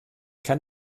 kann